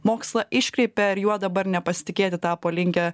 mokslą iškreipia ir juo dabar nepasitikėti tapo linkę